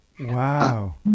Wow